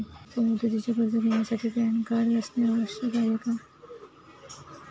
अल्प मुदतीचे कर्ज घेण्यासाठी पॅन कार्ड असणे आवश्यक आहे का?